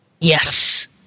Yes